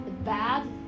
bad